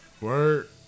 Word